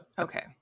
Okay